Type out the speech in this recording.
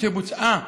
שבוצעה